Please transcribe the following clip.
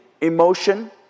emotion